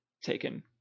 taken